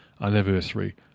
anniversary